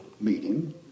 meeting